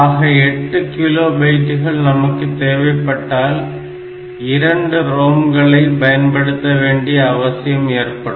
ஆக 8 கிலோ பைட்டுகள் நமக்கு தேவைப்பட்டால் 2 ROM களை பயன்படுத்த வேண்டிய அவசியம் ஏற்படும்